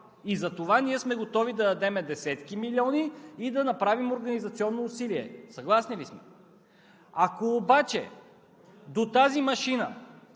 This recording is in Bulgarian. И затова ние сме готови да дадем десетки милиони и да направим организационно усилие. Съгласни ли сме? Ако обаче до тази машина